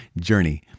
journey